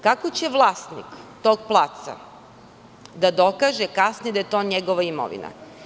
Kako će vlasnik tog placa da dokaže kasnije da je to njegova imovina?